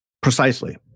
Precisely